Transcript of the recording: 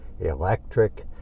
electric